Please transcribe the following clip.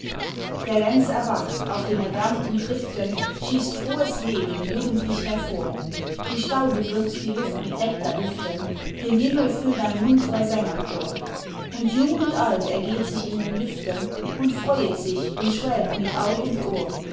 der lenz erwacht auf den erwärmten triften schießt frohes leben jugendlich hervor die staude würzt die luft mit nektardüften den himmel füllt ein muntrer sängerchor und jung und alt ergeht sich in den lüften und freuet sich und schwelgt mit aug und ohr